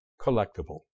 collectible